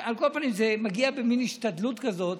על כל פנים, זה מגיע במין השתדלות כזאת,